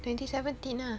twenty seventeen ah